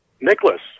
Nicholas